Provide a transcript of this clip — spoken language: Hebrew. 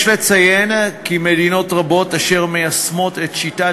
יש לציין כי מדינות רבות אשר מיישמות את שיטת